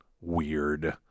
weird